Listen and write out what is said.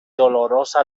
dolorosa